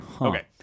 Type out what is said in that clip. Okay